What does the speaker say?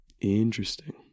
interesting